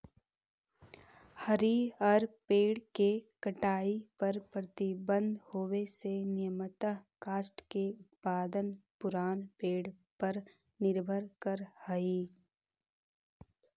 हरिअर पेड़ के कटाई पर प्रतिबन्ध होवे से नियमतः काष्ठ के उत्पादन पुरान पेड़ पर निर्भर करऽ हई